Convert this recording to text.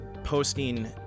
posting